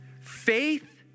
Faith